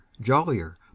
jollier